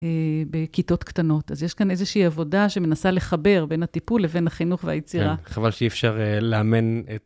בכיתות קטנות. אז יש כאן איזושהי עבודה שמנסה לחבר בין הטיפול לבין החינוך והיצירה. כן, חבל שאי אפשר לאמן את...